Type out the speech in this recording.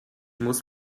muss